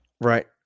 Right